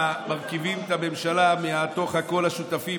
מרכיבים את הממשלה מתוך כל השותפים,